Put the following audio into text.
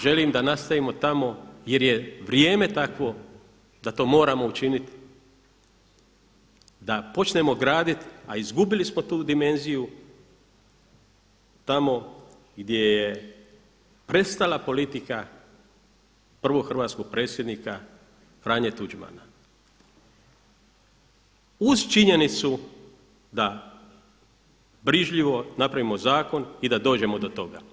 Želim da nastavimo tamo jer je vrijeme takvo da to moramo učiniti da počnemo graditi, a izgubili smo tu dimenziju tamo gdje je prestala politika prvog hrvatskog predsjednika Franje Tuđmana, uz činjenicu da brižljivo napravimo zakon i da dođemo do toga.